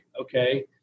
okay